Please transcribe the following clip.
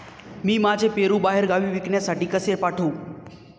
मी माझे पेरू बाहेरगावी विकण्यासाठी कसे पाठवू?